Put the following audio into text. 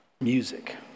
music